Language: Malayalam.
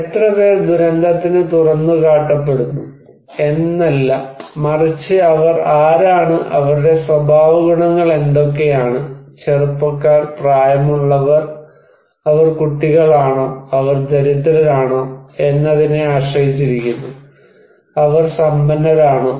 എത്രപേർ ദുരന്തത്തിന് തുറന്നുകാട്ടപ്പെടുന്നു എന്നല്ല മറിച്ച് അവർ ആരാണ് അവരുടെ സ്വഭാവഗുണങ്ങൾ എന്തൊക്കെയാണ് ചെറുപ്പക്കാർ പ്രായമുള്ളവർ അവർ കുട്ടികളാണോ അവർ ദരിദ്രരാണോ എന്നതിനെ ആശ്രയിച്ചിരിക്കുന്നു അവർ സമ്പന്നരാണോ